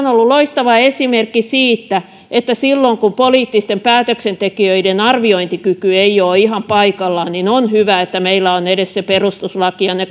on ollut loistava esimerkki siitä että silloin kun poliittisten päätöksentekijöiden arviointikyky ei ole ihan paikallaan on hyvä että meillä on edes se perustuslaki ja ne